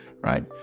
right